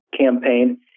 campaign